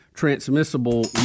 Transmissible